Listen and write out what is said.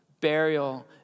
burial